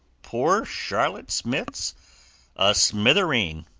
poor charlotte smith's a smithareen!